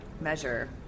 measure